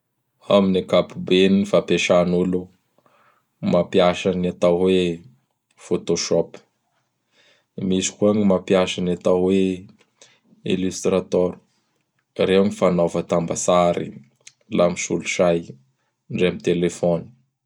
Amin'ny ankapobeny, ny fampiasan'olo gn' atao hoe Photoshop. Misy koa gny mampiasa ny atao hoe Illustrator. Ireo gn fanaova tambatsary laha am solosay ndre am telefôny.